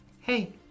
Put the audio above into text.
Hey